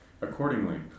Accordingly